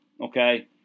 okay